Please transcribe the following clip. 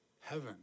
heaven